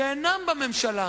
שאינם בממשלה,